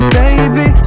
baby